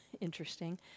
interesting